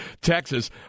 Texas